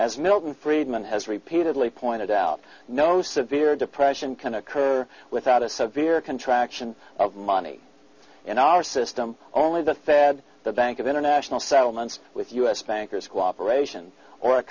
as milton friedman has repeatedly pointed out no severe depression can occur without a severe contraction of money in our system only the fed the bank of international settlements with us bankers cooperation or a